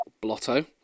Blotto